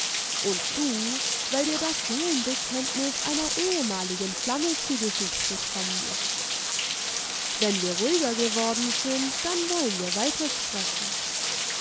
und du weil dir das seelenbekenntnis einer ehemaligen flamme zu gesicht gekommen ist wenn wir ruhiger geworden sind dann wollen wir weiter